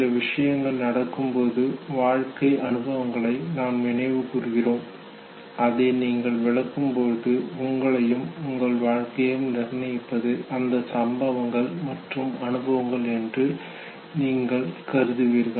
சில விஷயங்கள் நடக்கும்போது வாழ்க்கை அனுபவங்களை நாம் நினைவுகூர்கிறோம் அதை நீங்கள் விளக்கும்போது உங்களையும் உங்கள் வாழ்க்கையும் நிர்ணயிப்பது அந்த சம்பவங்கள் மற்றும் அனுபவங்கள் என்று நீங்கள் கருதுவீர்கள்